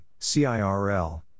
CIRL